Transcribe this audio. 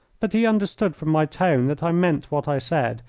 but he understood from my tone that i meant what i said,